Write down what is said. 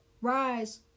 rise